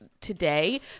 today